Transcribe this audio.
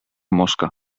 mosca